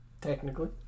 Technically